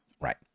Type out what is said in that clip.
Right